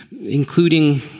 including